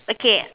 okay